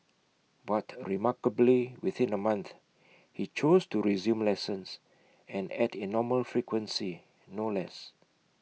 but remarkably within A month he chose to resume lessons and at A normal frequency no less